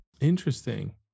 interesting